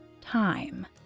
time